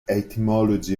etymology